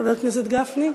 חבר הכנסת גפני,